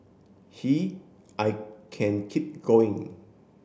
he I can keep going